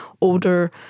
older